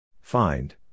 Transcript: Find